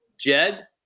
Jed